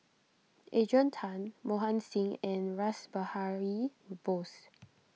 Adrian Tan Mohan Singh and Rash Behari Bose